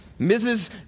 Mrs